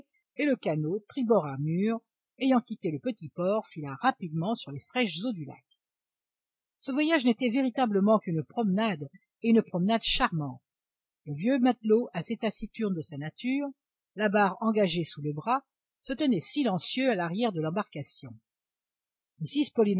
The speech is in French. et le canot tribord amure ayant quitté le petit port fila rapidement sur les fraîches eaux du lac ce voyage n'était véritablement qu'une promenade et une promenade charmante le vieux matelot assez taciturne de sa nature la barre engagée sous le bras se tenait silencieux à l'arrière de l'embarcation